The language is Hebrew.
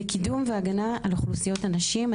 לקידום והגנה על אוכלוסיות הנשים,